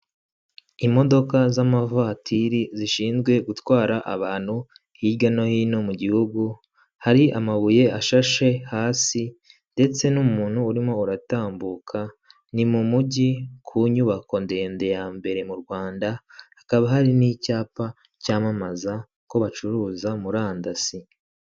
Imodoka z'amavatiri zishinzwe gutwara abantu hirya no hino mu gihugu, hari amabuye ashashe hasi ndetse n'umuntu urimo uratambuka, ni mu mujyi ku nyubako ndende ya mbere m'u Rwanda, hakaba hari n'icyapa cyamamaza ko bacuruza murandasi.